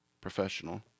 professional